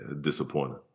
disappointing